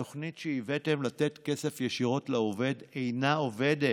התוכנית שהבאתם לתת כסף ישירות לעובד אינה עובדת.